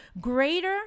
greater